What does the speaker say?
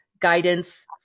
guidance